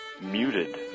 muted